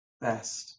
best